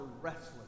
restless